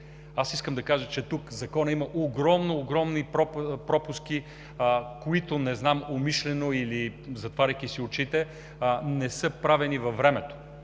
Аз искам да кажа, че тук Законът има огромни пропуски, които не знам умишлено или затваряйки си очите, не са оправени във времето.